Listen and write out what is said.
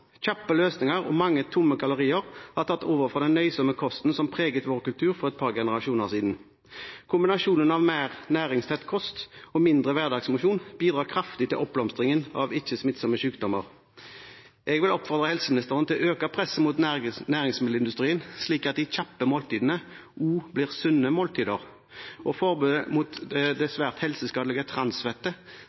Kjappe løsninger og mange tomme kalorier har tatt over for den nøysomme kosten som preget vår kultur for et par generasjoner siden. Kombinasjonen av mer næringstett kost og mindre hverdagsmosjon bidrar kraftig til oppblomstringen av ikke smittsomme sykdommer. Jeg vil oppfordre helseministeren til å øke presset mot næringsmiddelindustrien, slik at de kjappe måltidene også blir sunne måltider. Forbudet mot det